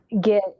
get